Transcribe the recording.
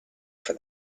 for